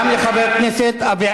גם לחבר כנסת,